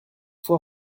fois